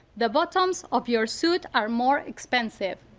the buttons of your suit are more expensive.